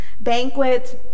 banquets